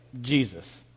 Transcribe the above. Jesus